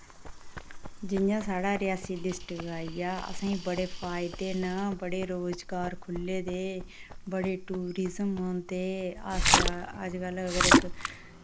जि'यां साढ़ा रियासी डिस्ट्रिक आई गेआ असें बड़े फायदे न बड़े रोजगार खु'ल्ले दे बड़े टूरिजम औंदे अस अजकल अगर इक